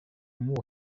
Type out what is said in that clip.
and